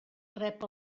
rep